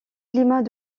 climat